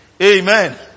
Amen